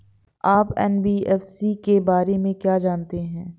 आप एन.बी.एफ.सी के बारे में क्या जानते हैं?